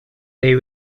they